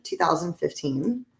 2015